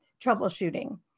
troubleshooting